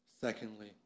Secondly